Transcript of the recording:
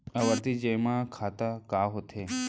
आवर्ती जेमा खाता का होथे?